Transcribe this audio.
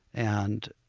and,